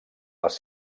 les